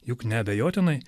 juk neabejotinai